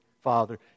father